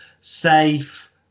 safe